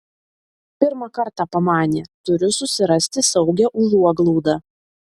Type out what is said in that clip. pirmą kartą pamanė turiu susirasti saugią užuoglaudą